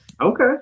Okay